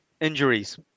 Injuries